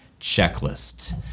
checklist